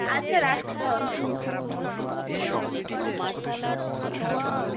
আচ্ছা রাখছি তাহলে